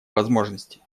возможности